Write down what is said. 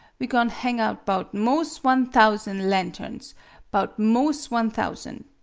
we go'n' hang up bout mos one thousan lanterns bout mos one thousan!